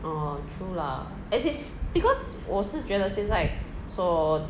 orh true lah as in because 我是觉得现在说